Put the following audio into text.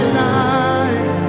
life